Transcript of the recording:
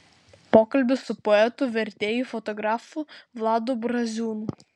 pokalbis su poetu vertėju fotografu vladu braziūnu